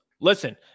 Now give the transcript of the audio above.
listen